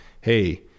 Hey